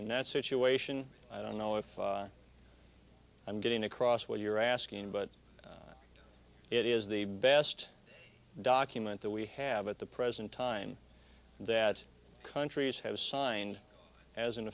that situation i don't know if i'm getting across what you're asking but it is the best document that we have at the present time that countries have signed as an